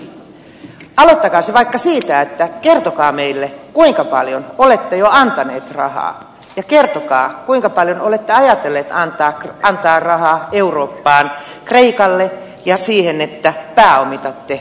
aloittakaa se vaikka siitä että kerrotte meille kuinka paljon olette jo antaneet rahaa ja kertokaa kuinka paljon olette ajatelleet antaa rahaa eurooppaan kreikalle ja siihen että pääomitatte euroopan pankit